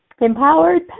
empowered